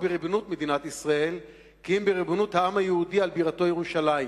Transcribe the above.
בריבונות מדינת ישראל כי אם בריבונות העם היהודי על בירתו ירושלים.